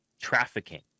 trafficking